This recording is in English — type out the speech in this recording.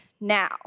now